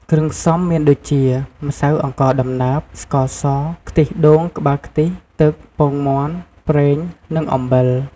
គ្រឿងផ្សំមានដូចជា ម្សៅអង្ករដំណើប ស្ករស ខ្ទិះដូងក្បាលខ្ទិះ ទឹក ពងមាន់ ប្រេង និងអំបិល។